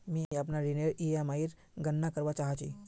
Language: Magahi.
मि अपनार ऋणनेर ईएमआईर गणना करवा चहा छी